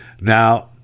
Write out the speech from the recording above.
Now